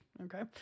okay